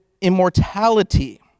immortality